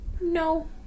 No